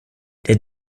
der